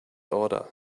order